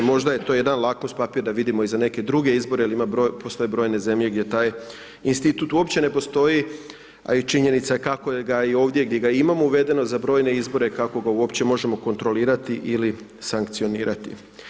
Možda je to jedan lakus papir, da vidimo i za neke druge izbore, jer postoje broje zemlje, gdje taj institut uopće ne postoji, a i činjenica kako ga je i ovdje gdje ga imamo uvedeno, za brojne izbore, kako ga uopće možemo kontrolirati ili sankcionirati.